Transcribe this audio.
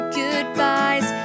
goodbyes